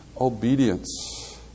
obedience